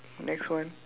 next one